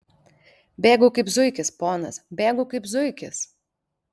bėgu kaip zuikis ponas bėgu kaip zuikis